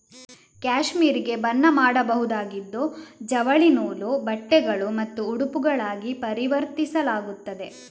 cashmere ಗೆ ಬಣ್ಣ ಮಾಡಬಹುದಾಗಿದ್ದು ಜವಳಿ ನೂಲು, ಬಟ್ಟೆಗಳು ಮತ್ತು ಉಡುಪುಗಳಾಗಿ ಪರಿವರ್ತಿಸಲಾಗುತ್ತದೆ